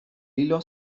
hilo